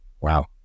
Wow